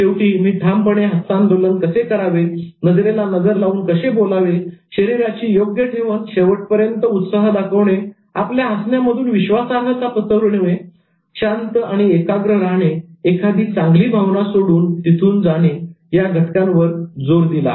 शेवटी मी ठामपणे हस्तांदोलन कसे करावे नजरेला नजर लावून कसे बोलावे शरीराची योग्य ठेवण शेवटपर्यंत उत्साह दाखवणे आपल्या हसण्या मधून विश्वासार्हता पसरविणे शांत आणि एकाग्र राहणे एखादी चांगली भावना सोडून तिथून जाणे या घटकांवर जोर दिला